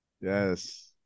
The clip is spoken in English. Yes